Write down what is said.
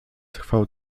trwał